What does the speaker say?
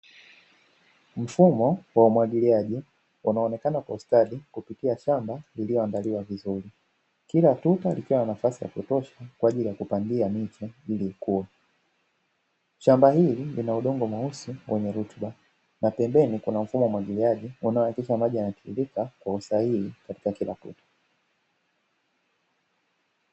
Mfumo wa umwagiliaji unaonekana kwa ustadi kupitia shamba lililoandaliwa vizuri, kila tuta likiwa na nafasi ya kutosha kwaajili ya kupandia miche ili ikuwe, shamba hili lina udongo mweusi wenye rutuba na pembeni kuna mfumo wa umwagiliaji unaohakikisha maji yanatiririka kwa usahihi katika kila tuta.